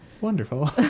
Wonderful